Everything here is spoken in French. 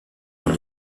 dans